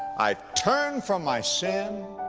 i turn from my sin,